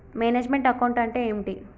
Manage meant account అంటే ఏమిటి?